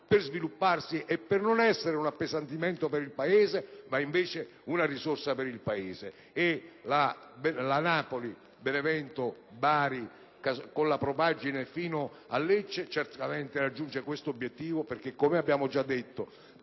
per svilupparsi e non costituire un appesantimento per il Paese ma una risorsa. La Napoli-Benevento-Bari, con la propaggine fino a Lecce, certamente raggiunge questo obiettivo, perché, come abbiamo già detto,